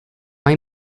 hay